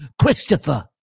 Christopher